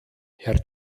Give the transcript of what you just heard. herr